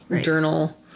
journal